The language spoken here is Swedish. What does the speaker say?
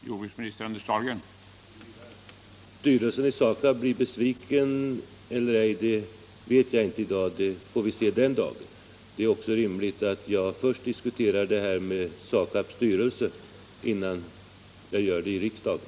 Herr talman! Om styrelsen i SAKAB blir besviken eller inte vet jag ingenting om i dag. Det får vi se den dagen. Det är också rimligt att jag diskuterar frågan med SAKAB:s styrelse, innan jag gör det i riksdagen.